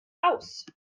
aus